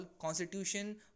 constitution